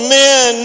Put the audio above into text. men